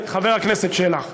חבר הכנסת שלח,